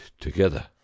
together